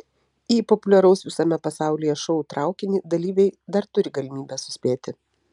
į populiaraus visame pasaulyje šou traukinį dalyviai dar turi galimybę suspėti